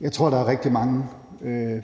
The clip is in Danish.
Jeg tror, der er rigtig mange